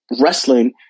wrestling